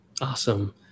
Awesome